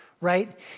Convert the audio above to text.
right